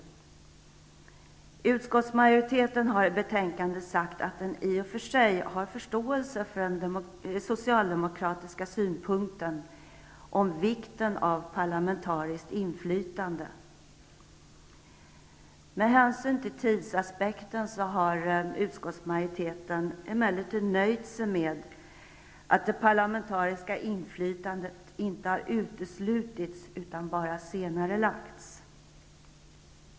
Från utskottsmajoriteten sägs det i betänkandet att man i och för sig har förståelse för den socialdemokratiska synpunkten beträffande vikten av ett parlamentariskt inflytande. Med hänsyn till tidsaspekten har utskottsmajoriteten emellertid nöjt sig med att påpeka att det parlamentariska inflytandet inte har uteslutits utan bara senarelagts.